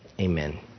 Amen